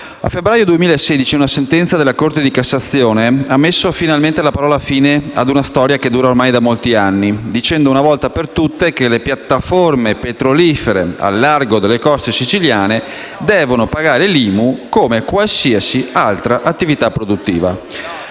A febbraio 2016 una sentenza della Corte di cassazione ha messo finalmente la parola «fine» a una storia che dura ormai da molti anni, dicendo una volta per tutte che le piattaforme petrolifere a largo delle coste siciliane devono pagare l'IMU come qualsiasi altra attività produttiva.